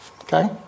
okay